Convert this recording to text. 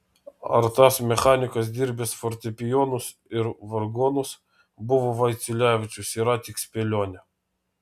ar tas mechanikas dirbęs fortepijonus ir vargonus buvo vaiciulevičius yra tik spėlionė